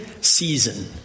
season